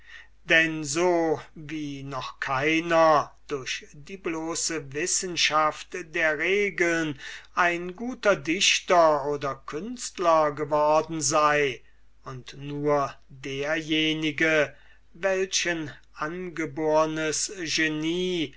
denn so wie noch keiner durch die bloße wissenschaft der regeln ein guter dichter oder künstler geworden sei und nur derjenige welchen angebornes genie